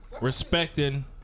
Respecting